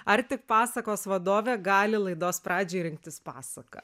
ar tik pasakos vadovė gali laidos pradžiai rinktis pasaką